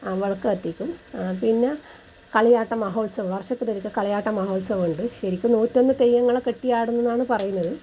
ആ വിളക്ക് കത്തിക്കും ആ പിന്നെ കളിയാട്ട മഹോത്സവം വർഷത്തിലൊരിക്കൽ കളിയാട്ട മഹോത്സവമുണ്ട് ശരിക്കും നൂറ്റൊന്നു തെയ്യങ്ങളെ കെട്ടിയാടും എന്നാണ് പറയുന്നത്